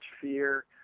fear